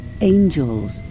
angels